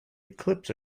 eclipse